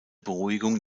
beruhigung